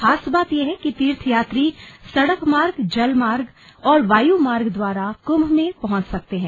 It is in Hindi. खास बात यह है कि तीर्थयात्री सड़क मार्ग जल मार्ग और वायु मार्ग द्वारा कृंभ में पहुंच सकते हैं